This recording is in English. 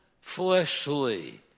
fleshly